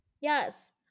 Yes